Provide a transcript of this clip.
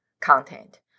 content